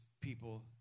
people